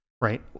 right